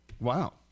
Wow